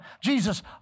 Jesus